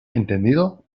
entendido